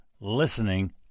listening